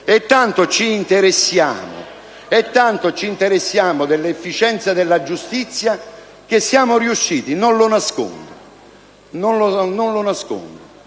e tanto ci interessiamo dell'efficienza della giustizia chesiamo riusciti, anche con